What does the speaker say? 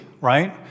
right